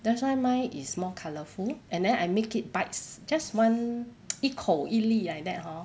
that's why mine is more colourful and then I make it bites just one 一口一粒 like that hor